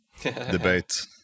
debate